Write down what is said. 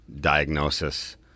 diagnosis